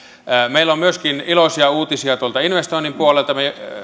meillä on myöskin iloisia uutisia tuolta investoinnin puolelta